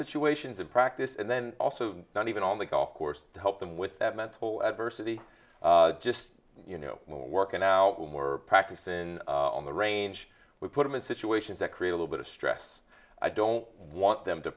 situations of practice and then also not even on the golf course to help them with that mental adversity just you know working out more practice in the range we put them in situations that create a little bit of stress i don't want them to